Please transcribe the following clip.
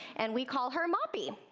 and we called her moppy.